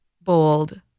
bold